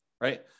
right